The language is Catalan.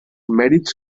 mèrits